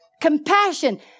compassion